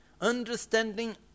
Understanding